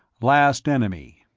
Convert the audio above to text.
last enemy